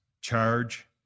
charge